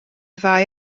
ddau